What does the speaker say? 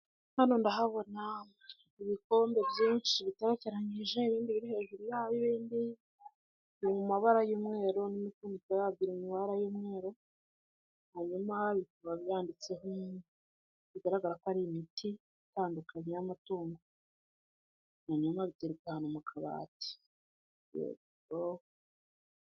Hano ndahabona ibikombe byinshi bitekeranyije ibindi biri hejuru yayoindi mu mabara y'umweru nto bi indwa y'umweru hanyuma bikaba byanditseho bigaragara ko ari imiti itandukanye y'amatungo hanyuma bitekan mu kabati.